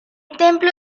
templo